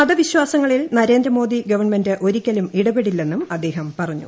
മതവിശ്വാസങ്ങളിൽ Narendra Modi government ഒരിക്കലും ഇടപെടില്ലെന്നും അദ്ദേഹം പറഞ്ഞു